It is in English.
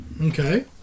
Okay